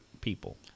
people